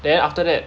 then after that